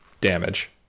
damage